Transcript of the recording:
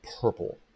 purple